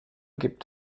gibt